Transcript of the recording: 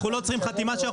אנחנו לא צריכים חתימה שלו,